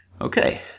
Okay